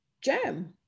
Jam